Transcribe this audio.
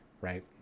right